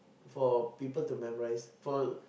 for people to memorise for